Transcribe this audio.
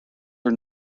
are